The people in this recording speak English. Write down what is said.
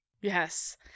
Yes